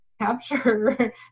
capture